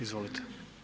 Izvolite.